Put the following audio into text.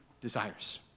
desires